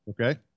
Okay